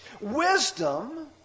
Wisdom